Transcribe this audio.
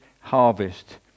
harvest